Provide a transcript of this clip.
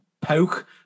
poke